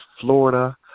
Florida